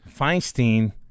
Feinstein